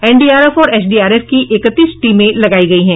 NDRF और SDRF की इकतीस टीमें लगाई गई हैं